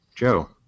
Joe